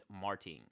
Martin